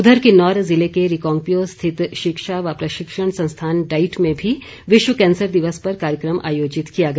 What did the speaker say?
उधर किन्नौर जिले के रिकांगपिओ स्थित शिक्षा व प्रशिक्षण संस्थान डाईट में भी विश्व कैंसर दिवस पर कार्यक्रम आयोजित किया गया